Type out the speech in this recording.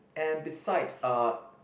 and beside uh